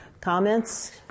Comments